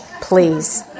please